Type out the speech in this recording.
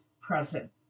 present